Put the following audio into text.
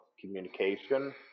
communication